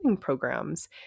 programs